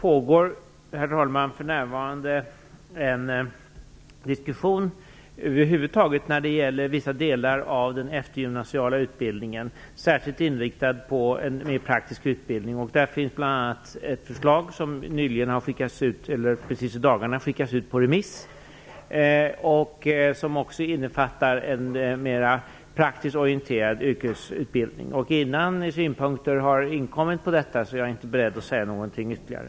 Herr talman! Det pågår för närvarande en diskussion över huvud taget när det gäller vissa delar av den eftergymnasiala utbildningen, särskilt inriktad på en mer praktisk utbildning. Där finns bl.a. ett förslag som i dagarna har skickats ut på remiss. Det innefattar också en mera praktiskt orienterad yrkesutbildning. Innan synpunkter på detta förslag har inkommit är jag inte beredd att säga någonting ytterligare.